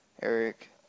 Eric